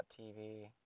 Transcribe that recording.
tv